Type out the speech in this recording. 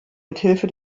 mithilfe